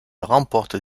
remporte